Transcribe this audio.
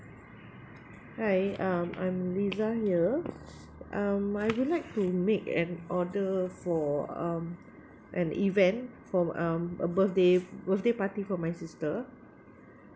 hi um I'm liza here um I would like to make an order for um an event for um a birthday birthday party for my sister